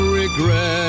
regret